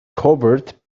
covered